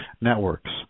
networks